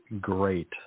great